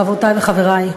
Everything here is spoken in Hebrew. חברותי וחברי,